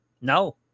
No